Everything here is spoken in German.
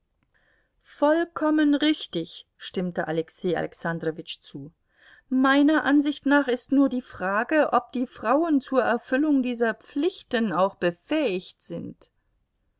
vollkommen richtig stimmte alexei alexandrowitsch zu meiner ansicht nach ist nur die frage ob die frauen zur erfüllung dieser pflichten auch befähigt sind